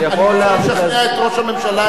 אני יכול לשכנע את ראש הממשלה,